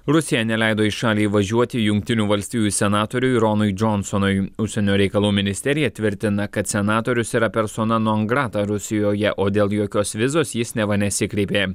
rusija neleido į šalį įvažiuoti jungtinių valstijų senatoriui ronui džonsonui užsienio reikalų ministerija tvirtina kad senatorius yra persona non grata rusijoje o dėl jokios vizos jis neva nesikreipė